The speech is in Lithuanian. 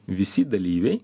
visi dalyviai